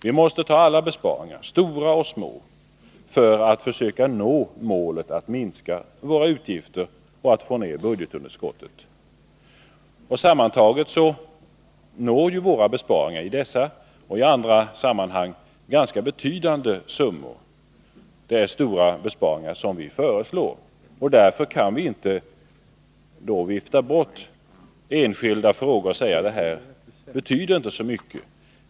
Vi måste göra alla sorters besparingar, stora och små, för att försöka nå målet att minska våra utgifter och få ner budgetunderskottet. Sammantaget når våra besparingar i dessa och i andra sammanhang ganska betydande summor. Sammantaget är det stora besparingar som vi föreslår. Därför kan vi inte vifta bort enskilda frågor och säga att det här inte betyder så mycket.